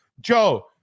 Joe